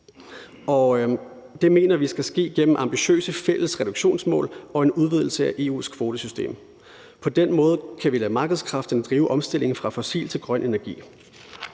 det mener vi skal ske gennem ambitiøse fælles reduktionsmål og en udvidelse af EU's kvotesystem. På den måde kan vi lade markedskræfterne drive omstillingen fra fossil til grøn energi.